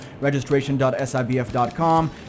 registration.sibf.com